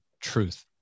Truth